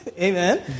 Amen